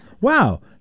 wow